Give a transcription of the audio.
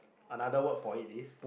another word for it is